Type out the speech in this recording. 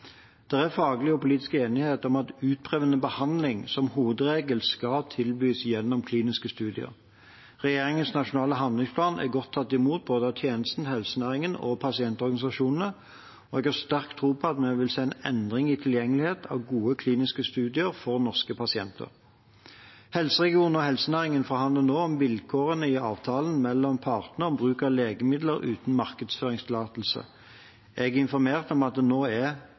er faglig og politisk enighet om at utprøvende behandling som hovedregel skal tilbys gjennom kliniske studier. Regjeringens nasjonale handlingsplan er godt tatt imot av både tjenesten, helsenæringen og pasientorganisasjonene, og jeg har sterk tro på at vi vil se en endring i tilgjengelighet av gode kliniske studier for norske pasienter. Helseregionene og helsenæringen forhandler nå om vilkårene i avtalen mellom partene om bruk av legemidler uten markedsføringstillatelse. Jeg er informert om at det nå er